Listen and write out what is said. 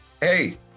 hey